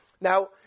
Now